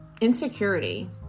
insecurity